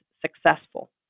successful